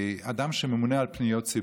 אדם שממונה על פניות ציבור.